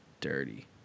Dirty